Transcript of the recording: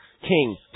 King